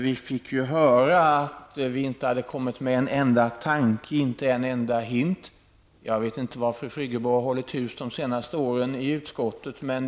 Vi fick höra att vi inte kommit med ''en enda hint, inte en enda tanke''. Jag vet inte var fru Friggebo har hållit hus under de senaste åren av utskottets arbete.